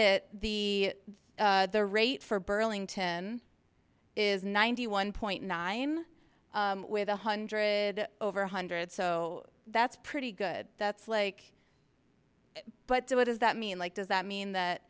it the the rate for burlington is ninety one point nine with one hundred over one hundred so that's pretty good that's like but what does that mean like does that mean that